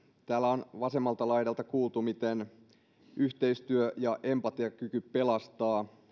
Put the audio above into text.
täällä on vasemmalta laidalta kuultu miten yhteistyö ja empatiakyky pelastaa